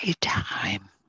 time